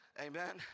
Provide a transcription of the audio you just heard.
Amen